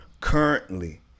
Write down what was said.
currently